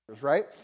right